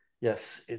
Yes